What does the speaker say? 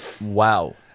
wow